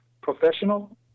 professional